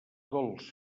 dolç